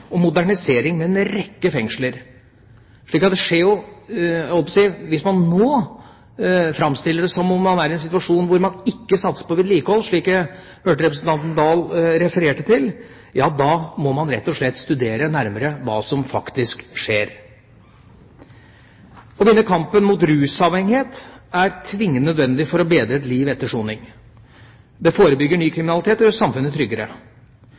og modernisering ved en rekke fengsler. Hvis man – slik jeg hørte representanten Dahl refererte til – framstiller det som om man nå er i en situasjon der man ikke satser på vedlikehold, ja, da må man rett og slett studere nærmere hva som faktisk skjer. Å vinne kampen mot rusavhengighet er tvingende nødvendig for et bedre liv etter soning. Det forebygger ny kriminalitet, og det gjør samfunnet tryggere.